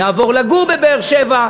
נעבור לגור בבאר-שבע.